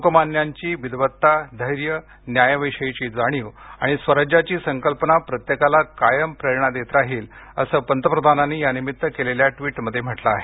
लोकमान्यांची विद्वत्ता धैर्य न्यायाविषयीची जाणीव आणि स्वराज्याची संकल्पना प्रत्येकाला कायम प्रेरणा देत राहील असं पंतप्रधानांनी यानिमित्त केलेल्या ट्विटमध्ये म्हटलं आहे